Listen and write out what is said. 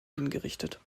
hingerichtet